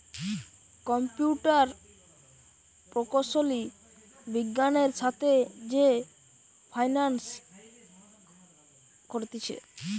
computer প্রকৌশলী বিজ্ঞানের সাথে যে ফাইন্যান্স করতিছে